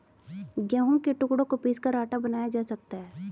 गेहूं के टुकड़ों को पीसकर आटा बनाया जा सकता है